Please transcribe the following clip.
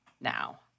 now